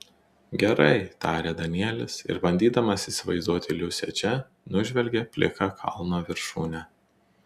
gerai tarė danielis ir bandydamas įsivaizduoti liusę čia nužvelgė pliką kalno viršūnę